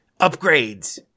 upgrades